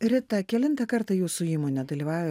rita kelintą kartą jūsų įmonė dalyvauja